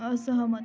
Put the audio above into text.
असहमत